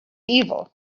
evil